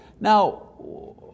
Now